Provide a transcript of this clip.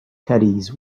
caddies